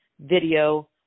video